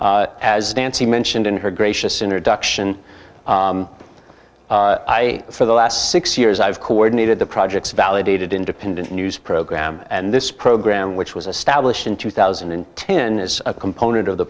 education as nancy mentioned in her gracious introduction i for the last six years i've coordinated the project's validated independent news program and this program which was a stablished in two thousand and ten is a component of the